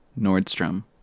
Nordstrom